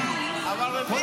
לכנסת.